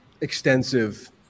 extensive